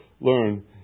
learn